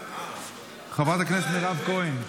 חברת הכנסת מירב כהן.